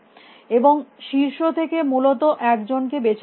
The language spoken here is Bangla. এবং শীর্ষ থেকে মূলত এক জন কে বেছে নেওয়া হয়েছে